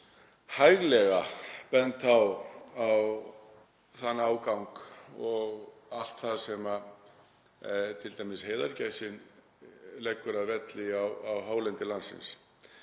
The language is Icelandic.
hæglega bent á þann ágang og allt það sem t.d. heiðagæsin leggur að velli á hálendi landsins.